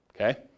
okay